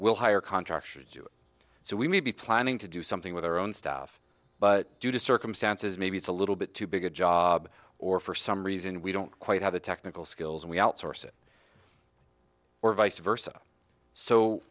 we'll hire contractors so we may be planning to do something with our own staff but due to circumstances maybe it's a little bit too big a job or for some reason we don't quite have the technical skills and we outsource it or vice versa so